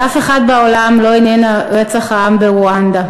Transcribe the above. את אף אחד בעולם לא עניין רצח העם ברואנדה.